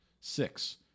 Six